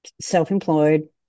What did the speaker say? Self-employed